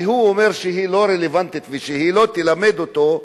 אומר שהיא לא רלוונטית ושלא תלמד אותו,